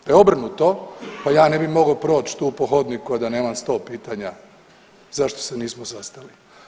Da je obrnuto, pa ja ne bi mogao proć tu po hodniku, a da nemam 100 pitanja zašto se nismo sastali.